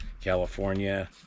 California